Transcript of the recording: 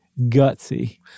gutsy